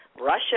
Russia